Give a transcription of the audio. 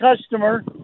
customer